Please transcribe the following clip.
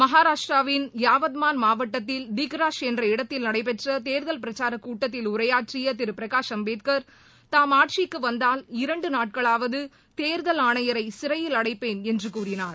மகாராஷ்டிராவின் யாவத்மான் மாவட்டத்தில் திக்ராஷ் என்ற இடத்தில் நடைபெற்ற தேர்தல் பிரச்சாரக் கூட்டத்தில் உரையாற்றிய திரு பிரகாஷ் அம்பேத்கர் தாம் ஆட்சிக்கு வந்தால் இரண்டு நாட்களாவது தேர்தல் ஆணையரை சிறையில் அடைப்பேன் என்று கூறினார்